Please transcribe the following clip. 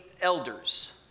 elders